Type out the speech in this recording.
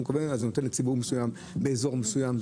זה נותן לציבור מסוים באזור מסוים,